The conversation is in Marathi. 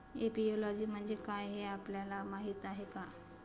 एपियोलॉजी म्हणजे काय, हे आपल्याला माहीत आहे का?